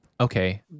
Okay